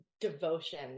devotion